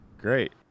Great